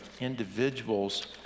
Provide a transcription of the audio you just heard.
individuals